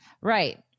Right